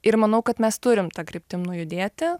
ir manau kad mes turim ta kryptim nujudėti